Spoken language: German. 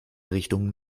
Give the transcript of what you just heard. richtung